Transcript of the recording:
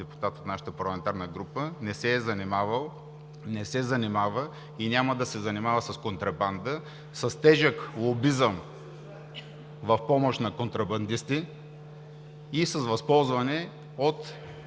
депутат от нашата парламентарна група не се е занимавал, не се занимава и няма да се занимава с контрабанда, с тежък лобизъм в помощ на контрабандисти и с възползване от